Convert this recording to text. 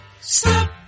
stop